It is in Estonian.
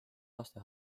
laste